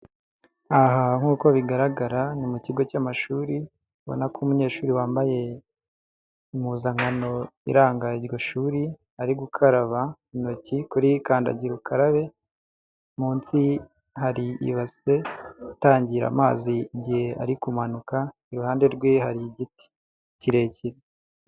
Aha nkuko bigaragara ni mu kigo cy'amashuri ubona ko umunyeshuri wambaye impuzankano iranga iryo shuri, ari gukaraba intoki kuri kandagira ukarabe, munsi hari ibase itangira amazi igihe ari kumanuka iruhande rwe hari igiti kirekire.